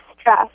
stress